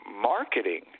marketing